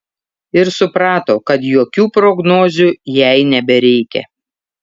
ir suprato kad jokių prognozių jai nebereikia